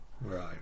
Right